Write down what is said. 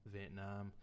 Vietnam